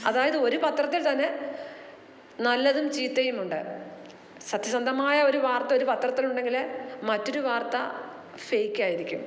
അതായത് ഒരു പത്രത്തിൽത്തന്നെ നല്ലതും ചീത്തയും ഉണ്ട് സത്യസന്ധമായ ഒരു വാർത്ത ഒരു പത്രത്തിലുണ്ടെങ്കിൽ മറ്റൊരു വാർത്ത ഫേക്ക് ആയിരിക്കും